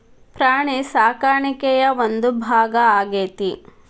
ಪ್ರಾಣಿ ಸಾಕಾಣಿಕೆಯ ಒಂದು ಭಾಗಾ ಆಗೆತಿ